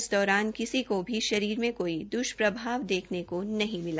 इस दौरान किसी को भी शरीर में कोई द्ष्प्रभाव देखने को नहीं मिला